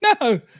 No